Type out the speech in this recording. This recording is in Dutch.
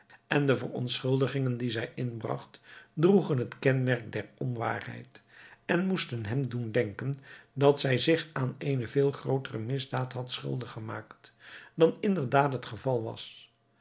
en de verontschuldigingen die zij inbragt droegen het kenmerk der onwaarheid en moesten hem doen denken dat zij zich aan eene veel grootere misdaad had schuldig gemaakt dan inderdaad het geval was